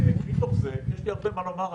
ומתוך זה יש לי הרבה מה לומר,